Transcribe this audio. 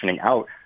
out